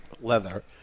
leather